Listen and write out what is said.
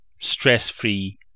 stress-free